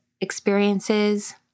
experiences